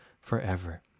forever